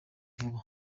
vuba